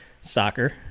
soccer